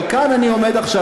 אבל כאן אני עומד,